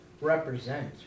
represent